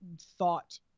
thought